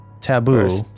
taboo